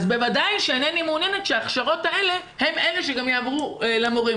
אז בוודאי שאינני מעוניינת שההכשרות האלה הן אלה שגם יעברו למורים.